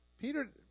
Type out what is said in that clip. Peter